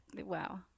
Wow